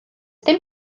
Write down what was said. dim